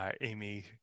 Amy